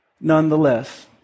nonetheless